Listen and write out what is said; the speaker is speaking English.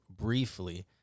briefly